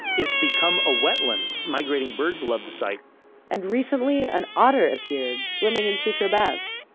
it's become a wetland. migrating birds love the site and recently, an otter appeared swimming in sutro baths.